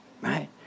Right